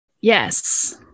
yes